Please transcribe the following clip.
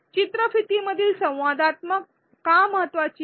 चित्रफितीमधील संवादात्मकता का महत्त्वाची आहे